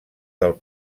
del